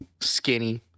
skinny